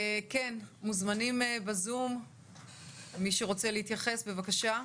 מוזמנים בזום מי שרוצה להתייחס, בבקשה.